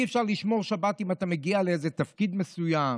אי-אפשר לשמור שבת אם אתה מגיע לאיזה תפקיד מסוים,